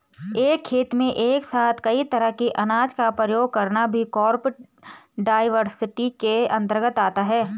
एक खेत में एक साथ कई तरह के अनाज का प्रयोग करना भी क्रॉप डाइवर्सिटी के अंतर्गत आता है